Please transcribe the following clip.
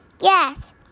Yes